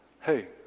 hey